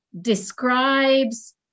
describes